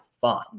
fun